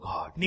God